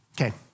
Okay